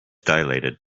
dilated